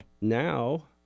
now